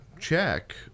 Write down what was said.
check